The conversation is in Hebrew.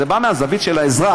זה בא מהזווית של האזרח.